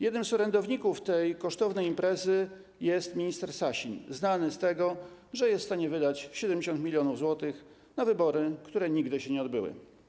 Jednym z orędowników tej kosztownej imprezy jest minister Sasin znany z tego, że był w stanie wydać 70 mln zł na wybory, które nigdy się nie odbyły.